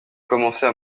commencer